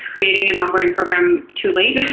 creating an onboarding program too late.